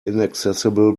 inaccessible